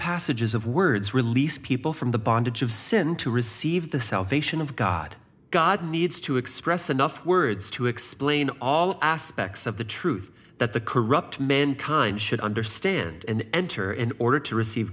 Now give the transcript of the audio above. passages of words release people from the bondage of sin to receive the salvation of god god needs to express enough words to explain all aspects of the truth that the corrupt mankind should understand and enter in order to receive